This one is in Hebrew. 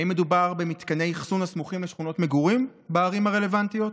האם מדובר במתקני אחסון הסמוכים לשכונות מגורים בערים הרלוונטיות?